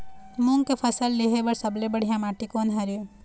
मूंग के फसल लेहे बर सबले बढ़िया माटी कोन हर ये?